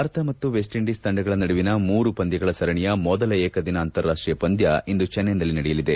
ಭಾರತ ಮತ್ತು West Indies ತಂಡಗಳ ನಡುವಿನ ಮೂರು ಪಂದ್ಲಗಳ ಸರಣಿಯ ಮೊದಲ ಏಕದಿನ ಅಂತಾರಾಷ್ಟೀಯ ಪಂದ್ಯ ಇಂದು ಚೆನ್ನೈನಲ್ಲಿ ನಡೆಯಲಿದೆ